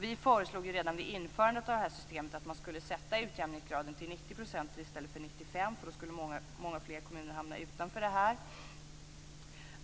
Vi föreslog redan vid införandet av det här systemet att man skulle sätta utjämningsgraden till 90 % i stället för 95 %, därför att många fler kommuner skulle då hamna utanför.